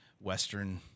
Western